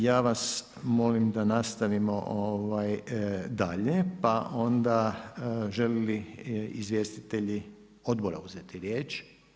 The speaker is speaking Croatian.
Ja vas molim da nastavimo dalje, pa onda želi li izvjestitelji odbora uzeti riječ?